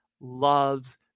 Loves